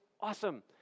awesome